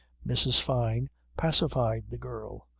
mrs. fyne pacified the girl,